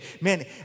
man